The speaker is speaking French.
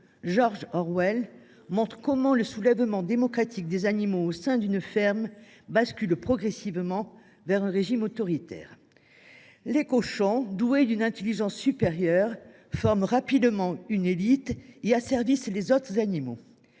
George Orwell montre comment le soulèvement démocratique des animaux au sein d’une ferme bascule progressivement vers un régime autoritaire. Les cochons, doués d’une intelligence supérieure, forment rapidement une élite et asservissent les autres animaux